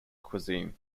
cuisine